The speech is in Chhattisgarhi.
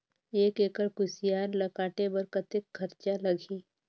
एक एकड़ कुसियार ल काटे बर कतेक खरचा लगही?